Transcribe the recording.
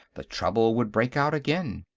the trouble would break out again.